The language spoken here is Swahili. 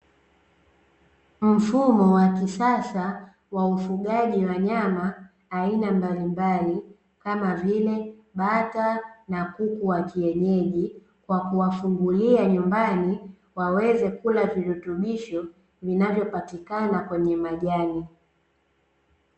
Mfumo wa kisasa wa ufugaji wa nyama aina mbalimbali, kama vile: bata na kuku wa kienyeji, kwa kuwafungulia nyumbani, waweze kula virutubisho vinavyopatikana kwenye majani.